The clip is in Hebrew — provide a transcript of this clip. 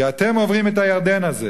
כי אתם עוברים את הירדן הזה,